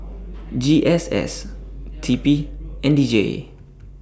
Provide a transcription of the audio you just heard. G S S T P and D J